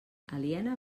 aliena